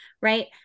right